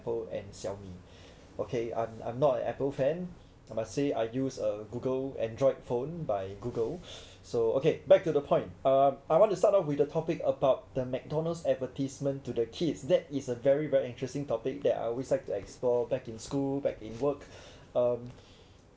and Xiaomi okay I'm I'm not a Apple fan I must say I use uh Google android phone by Google's so okay back to the point uh I want to start off with the topic about the McDonald's advertisements to the kids that is a very very interesting topic that I always like to explore back in school back in work um